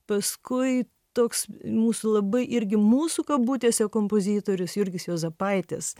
paskui toks mūsų labai irgi mūsų kabutėse kompozitorius jurgis juozapaitis